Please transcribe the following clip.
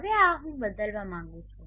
હવે આ હું બદલવા માંગું છું